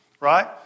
right